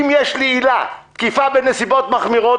אם יש לי עילה תקיפה בנסיבות מחמירות,